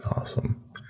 awesome